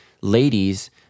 ladies